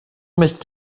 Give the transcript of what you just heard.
mich